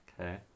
Okay